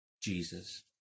Jesus